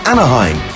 Anaheim